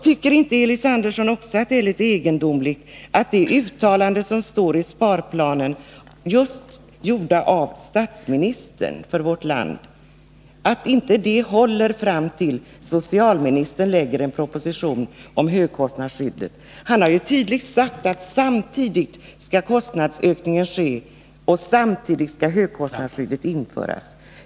Tycker inte Elis Andersson också att det är egendomligt att inte de uttalanden som finns i sparplanen, gjorda av landets statsminister, håller fram till dess socialministern lägger fram en proposition om högkostnadsskyddet? Han har ju tidigt sagt att kostnadsökningen skall ske samtidigt som högskostnadsskyddet införs.